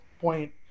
point